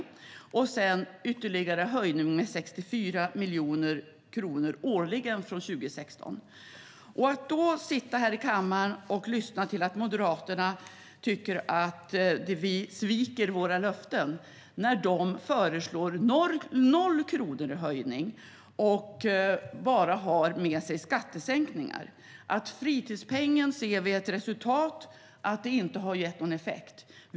Därutöver aviserar vi ytterligare en höjning med 64 miljoner kronor årligen från 2016. Moderaterna säger att vi sviker våra löften, men de föreslår 0 kronor i höjning. De har bara skattesänkningar att komma med. Fritidspengen har inte gett någon effekt.